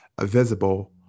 visible